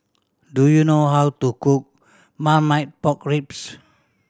do you know how to cook Marmite Pork Ribs